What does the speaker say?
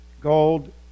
gold